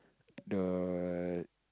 the